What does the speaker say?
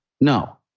No